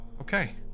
Okay